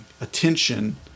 attention